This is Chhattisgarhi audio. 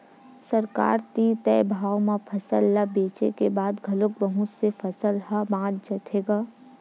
सरकार तीर तय भाव म फसल ल बेचे के बाद घलोक बहुत से फसल ह बाच जाथे गा